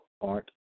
art